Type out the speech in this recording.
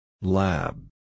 Lab